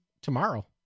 tomorrow